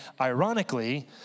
ironically